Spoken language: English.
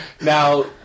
Now